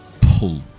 pull